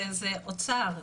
זה אוצר,